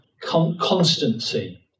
constancy